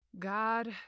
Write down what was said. God